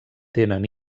tenen